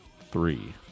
Three